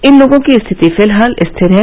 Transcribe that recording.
इन लोगों की स्थिति फिलहाल स्थिर है